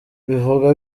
bivuga